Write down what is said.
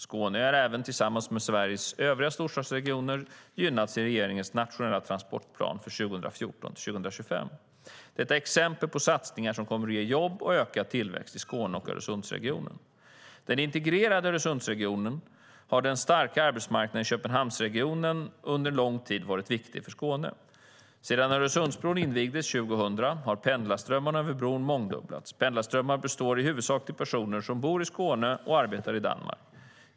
Skåne är även tillsammans med Sveriges övriga storstadsregioner gynnat i regeringens nationella transportplan för 2014-2025. Detta är exempel på satsningar som kommer att ge jobb och ökad tillväxt för Skåne och Öresundsregionen. I den integrerade Öresundsregionen har den starka arbetsmarknaden i Köpenhamnsregionen under lång tid varit viktig för Skåne. Sedan Öresundsbron invigdes 2000 har pendlarströmmen över bron mångdubblats. Pendlarströmmen består i huvudsak av personer som bor i Skåne och arbetar i Danmark.